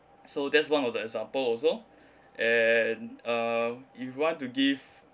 so that's one of the example also and uh if you want to give